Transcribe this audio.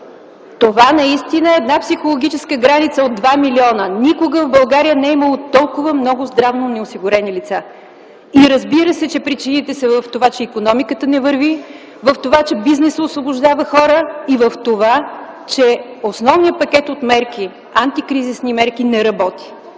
Това наистина е една психологическа граница – от 2 милиона! Никога в България не е имало толкова много неосигурени лица. Разбира се, че причините са в това, че икономиката не върви, в това, че бизнесът освобождава хора и в това, че основният пакет от мерки – антикризисни мерки, не работи.